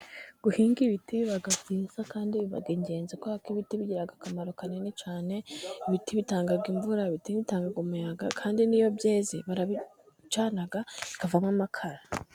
Guhinga ibiti biba byiza kandi biba ingenzi, kubera ko ibiti bigira akamaro kanini cyane. Ibiti bitanga imvura, ibiti bitanga umuyaga kandi n'iyo byeze barabicana bikavamo amakara.